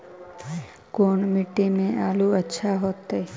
कोन मट्टी में आलु अच्छा होतै?